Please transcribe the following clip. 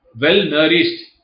well-nourished